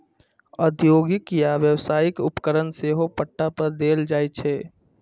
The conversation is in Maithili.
औद्योगिक या व्यावसायिक उपकरण सेहो पट्टा पर देल जाइ छै